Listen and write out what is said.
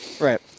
right